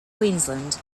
queensland